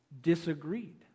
disagreed